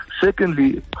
Secondly